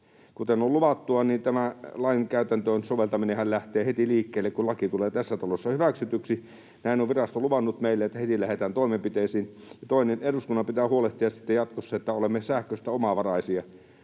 Kuten on luvattu, niin tämä lain käytäntöön soveltaminenhan lähtee liikkeelle heti, kun laki tulee tässä talossa hyväksytyksi. Näin on virasto luvannut meille, että heti lähdetään toimenpiteisiin. Ja toinen: Eduskunnan pitää huolehtia sitten jatkossa, että olemme sähkössä omavaraisia.